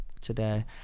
today